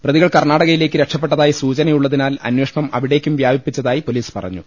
പ്രതികൾ കർണാടകയിലേക്ക് രക്ഷപ്പെട്ടതായി സൂചനയുള്ളതി നാൽ അന്വേഷണം അവിടേക്കും വ്യാപിപ്പിച്ചതായി പൊലീസ് പറ ഞ്ഞു